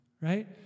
right